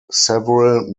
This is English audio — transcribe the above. several